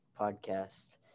podcast